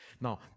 Now